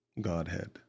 Godhead